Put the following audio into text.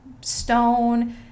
stone